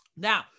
Now